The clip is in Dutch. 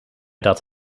dat